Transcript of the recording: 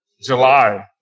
July